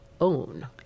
own